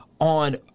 on